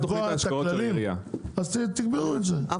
אז תקבעו את זה,